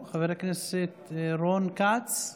אינה נוכחת, חבר הכנסת רון כץ,